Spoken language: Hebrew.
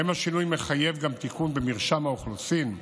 האם השינוי מחייב גם תיקון במרשם האוכלוסין,